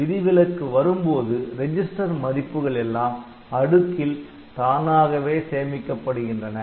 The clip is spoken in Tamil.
விதிவிலக்கு வரும்போது ரெஜிஸ்டர் மதிப்புகள் எல்லாம் அடுக்கில் தானாகவே சேமிக்கப்படுகின்றன